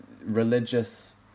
religious